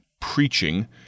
preaching